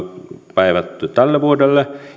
päivätty tälle vuodelle